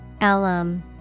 Alum